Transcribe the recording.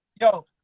Yo